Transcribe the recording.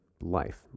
life